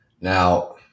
Now